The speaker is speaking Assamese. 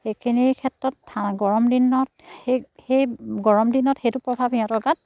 সেইখিনিৰ ক্ষেত্ৰত গৰম দিনত সেই সেই গৰম দিনত সেইটো প্ৰভাৱ সিহঁতৰ গাত